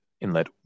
inlet